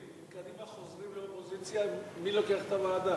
סיכומיה והצעותיה של הוועדה לענייני ביקורת המדינה לדוח מבקר המדינה